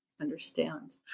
understand